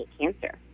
cancer